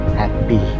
happy